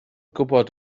gwybod